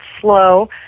slow